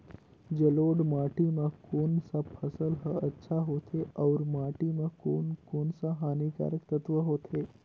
जलोढ़ माटी मां कोन सा फसल ह अच्छा होथे अउर माटी म कोन कोन स हानिकारक तत्व होथे?